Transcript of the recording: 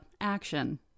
action